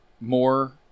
more